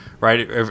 right